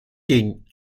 den